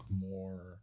more